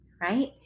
right